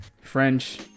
French